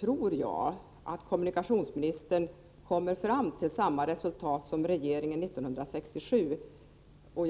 tror jag att kommunikationsministern kommer fram till samma resultat som regeringen gjorde 1967.